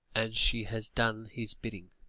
and she has done his bidding.